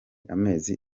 amezi